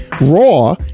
Raw